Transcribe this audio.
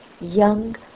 young